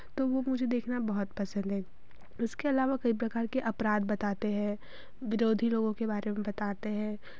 तो वो मुझे देखना बहुत पसंद है उसके अलावा कई प्रकार के अपराध बताते हैं विरोधी लोगों के बारे में बताते हैं